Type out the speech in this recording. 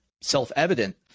self-evident